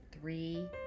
Three